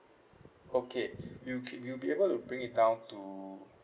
okay you can we'll be able to bring it down to